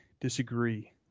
disagree